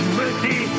mercy